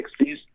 60s